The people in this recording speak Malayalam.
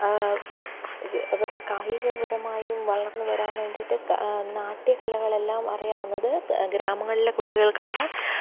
അവരുടെ കായികപരമായും വളർന്നു വരാൻ വേണ്ടിയിട്ട് നാട്യ കലകളെല്ലാം അറിയാവുന്നത് ഗ്രാമങ്ങളിലെ കുട്ടികൾക്കാണ്